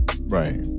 Right